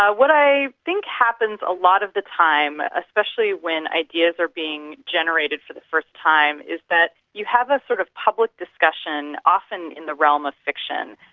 what i think happens a lot of the time, especially when ideas are being generated for the first time, is that you have a sort of public discussion, often in the realm of fiction,